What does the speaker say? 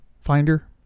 Finder